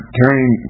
turning